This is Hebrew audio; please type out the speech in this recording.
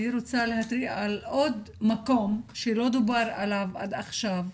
אני רוצה להתריע על עוד מקום שלא דובר עליו עד עכשיו,